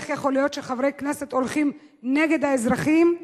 איך יכול להיות שחברי כנסת הולכים נגד האזרחים.